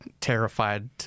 terrified